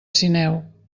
sineu